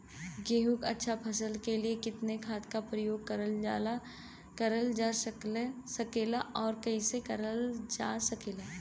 गेहूँक अच्छा फसल क लिए कितना खाद के प्रयोग करल जा सकेला और कैसे करल जा सकेला?